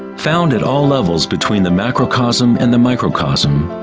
found at all levels between the macrocosm and the microcosm,